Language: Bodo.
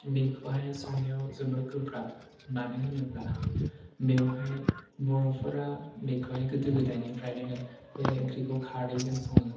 बेखौहाय संनायाव जोबोद गोब्राब मानो होनोब्ला बेवहाय बर'फोरा बेखौहाय गोदो गोदायनिफ्रायनो बे ओंख्रिखौ खारैजों सङो